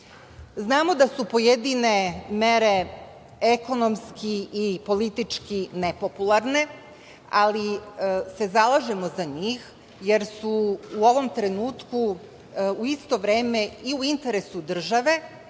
da su pojedine mere ekonomski i politički nepopularne, ali se zalažemo za njih, jer su u ovom trenutku u isto vreme i u interesu države,